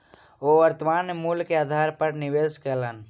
ओ वर्त्तमान मूल्य के आधार पर निवेश कयलैन